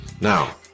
Now